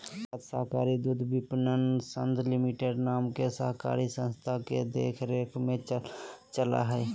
गुजरात सहकारी दुग्धविपणन संघ लिमिटेड नाम के सहकारी संस्था के देख रेख में चला हइ